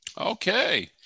Okay